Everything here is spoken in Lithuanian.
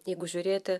jeigu žiūrėti